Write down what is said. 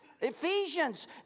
Ephesians